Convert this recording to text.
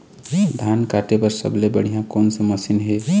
धान काटे बर सबले बढ़िया कोन से मशीन हे?